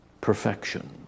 perfection